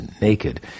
naked